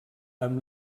amb